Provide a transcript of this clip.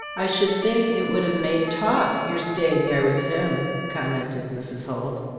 i should think it would have made talk, your staying there with him, commented mrs. holt.